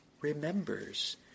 remembers